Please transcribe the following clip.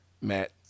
Matt